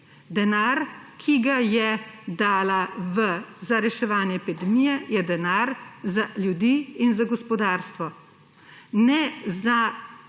Denar, ki ga je dala za reševanje epidemije, je denar za ljudi in za gospodarstvo, ne za